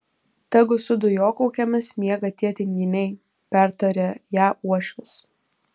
tegu su dujokaukėmis miega tie tinginiai pertarė ją uošvis